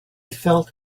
felt